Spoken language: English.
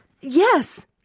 Yes